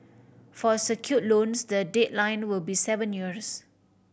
for secure loans the deadline will be seven years